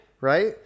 Right